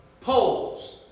poles